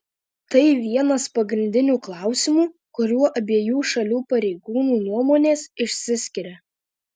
tai vienas pagrindinių klausimų kuriuo abiejų šalių pareigūnų nuomonės išsiskiria